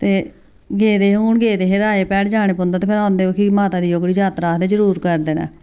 ते गेदे हे हून गेदे राजा भैड जाना पौंदा ते फिर औंदे बाकी माता दी ओह्कड़ी जात्तरा आखदे जरूर करदे न